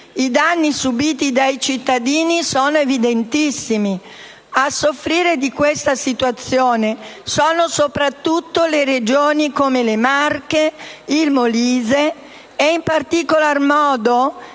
i danni subiti dai cittadini sono evidentissimi. A soffrire di questa situazione sono soprattutto le Regioni come le Marche, il Molise e in particolar modo